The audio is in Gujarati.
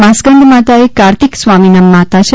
મા સ્કંધમાતા એ કાર્તિક સ્વામીના માતા છે